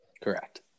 correct